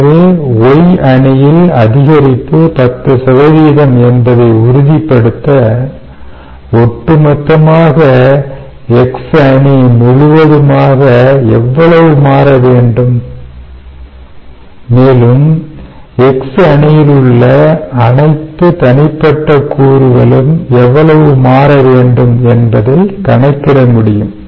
எனவே Y அணியில் அதிகரிப்பு 10 என்பதை உறுதிப்படுத்த ஒட்டு மொத்தமாக X அணி முழுவதுமாக எவ்வளவு மாறவேண்டும் மேலும் X அணியிலுள்ள அனைத்து தனிப்பட்ட கூறுகளும் எவ்வளவு மாற வேண்டும் என்பதை கணக்கிட முடியும்